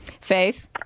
Faith